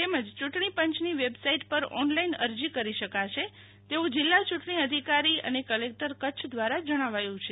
તેમજ યૂંટણી પંચની વેબસાઈટ પર થી ઓનલાઈન અરજી પણ કરી શકાશે તેવું જિલ્લા યૂંટણી અધિકારી અને કલેકટર કચ્છ દ્વારા જણાવાયું છે